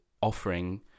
offering